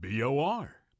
bor